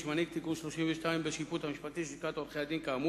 שמנהיג תיקון 32 בשיפוט המשמעתי של לשכת עורכי-הדין כאמור.